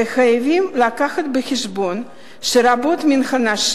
וחייבים להביא בחשבון שרבות מן הנשים